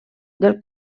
del